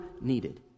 needed